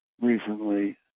recently